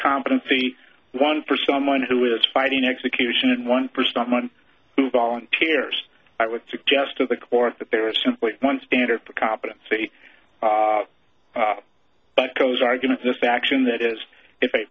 competency one for someone who is fighting execution and one for someone who volunteers i would suggest to the court that there is simply one standard for competency echo's argument this action that is if a